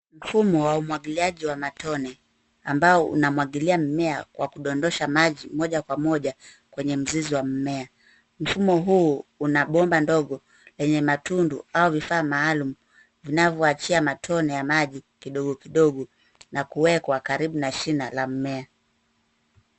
Mfumo wa umwagiliaji wa matone ambao unamwagilia mmea kwa kudondosha maji moja kwa moja kwenye mzizi wa mmea. Mfumo huu una bomba ndogo lenye matundu au vifaa maalum vinavyoachia matone ya maji kidogo kidogo na kuwekwa karibu na shina la mmea.